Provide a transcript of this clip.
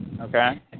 okay